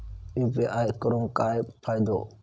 UPI करून काय फायदो?